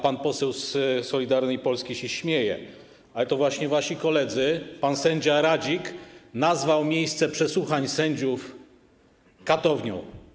Pan poseł z Solidarnej Polski się śmieje, ale to właśnie wasz kolega, pan sędzia Radzik, nazwał miejsce przesłuchań sędziów katownią.